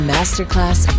Masterclass